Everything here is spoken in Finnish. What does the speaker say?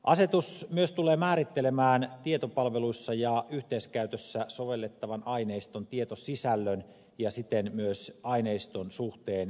asetus tulee myös määrittelemään tietopalveluissa ja yhteiskäytössä sovellettavan aineiston tietosisällön ja siten myös aineiston suhteen henkilötietolakiin